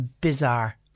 bizarre